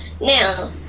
Now